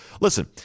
listen